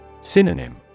Synonym